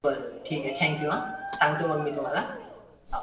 बरं ठीक आहे थँक यू हा सांगतो मग मी तुम्हाला हा